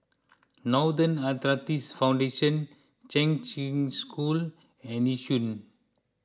Arthritis Foundation Kheng Cheng School and Yishun